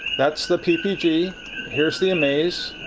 that's the ppg here's the amaze.